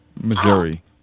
Missouri